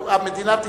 מדינת ישראל,